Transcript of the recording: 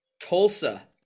Tulsa